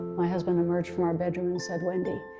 my husband emerged from our bedroom and said, wendy,